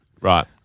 Right